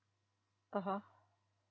(uh huh)